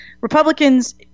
Republicans